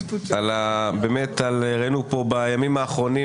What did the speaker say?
באמת ראינו פה בימים האחרונים